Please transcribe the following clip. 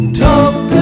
talk